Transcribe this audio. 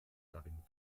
darin